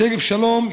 שגב שלום,